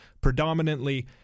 predominantly